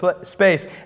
space